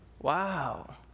Wow